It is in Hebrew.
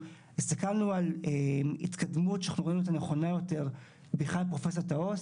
הסתכלנו על התקדמות שאנחנו רואים אותה נכונה יותר בכלל בפרופסיית העו"ס,